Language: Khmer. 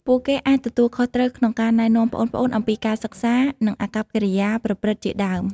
ពួកគេអាចទទួលខុសត្រូវក្នុងការណែនាំប្អូនៗអំពីការសិក្សា និងអាកប្បកិរិយាប្រព្រឹត្តជាដើម។